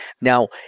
Now